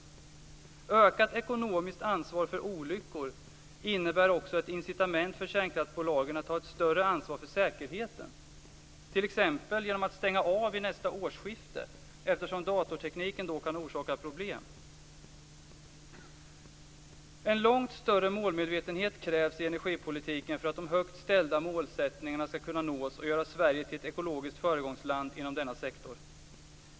Ett ökat ekonomiskt ansvar för olyckor innebär också ett incitament för kärnkraftsbolagen att ta ett större ansvar för säkerheten, t.ex. genom att stänga av vid nästa årsskifte eftersom datortekniken då kan orsaka problem. En långt större målmedvetenhet krävs i energipolitiken för att de högt ställda målsättningarna skall kunna nås och göra Sverige till ett ekologiskt föregångsland inom denna sektor.